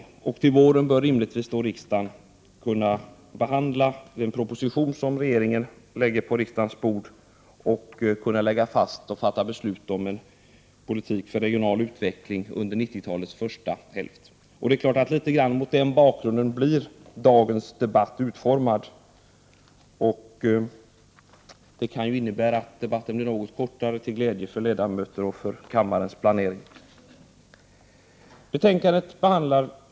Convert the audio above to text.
Till nästa vår bör riksdagen rimligtvis kunna behandla den proposition som regeringen kommer att lägga på riksdagens bord, och riksdagen får då fatta beslut om en politik för regional utveckling under 90-talets första hälft. Det är mot den bakgrunden som dagens debatt kommer att utformas. Det kan innebära att debatten blir något kortare än de regionalpolitiska debatterna brukar vara, till glädje för kammarens ledamöter och för dem som planerar kammarens arbete.